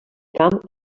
camp